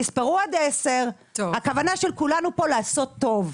תספרו עד 10. הכוונה של כולנו פה לעשות טוב.